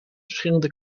verschillende